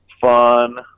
fun